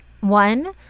One